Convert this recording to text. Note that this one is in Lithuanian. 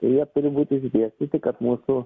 tai jie turi būt išdėstyti kad mūsų